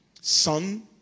Son